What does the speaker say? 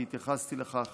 כי התייחסתי לכך